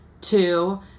two